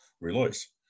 release